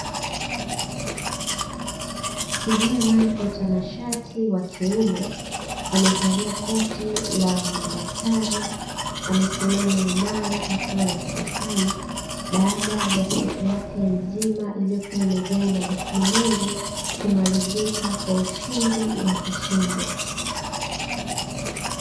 Kijana mtanashati wa kiume amevalia koti la madaktari, amesimama imara akiwa anatabasamu, baada ya siku yake nzima iliyokuwa imejaa majukumu mengi kumalizika kwa ushindi wa kishindo.